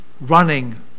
running